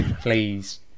Please